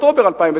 כבוד היושב-ראש,